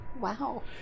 wow